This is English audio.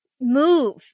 move